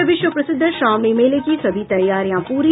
और विश्व प्रसिद्ध श्रावणी मेले की सभी तैयारियां पूरी